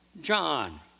John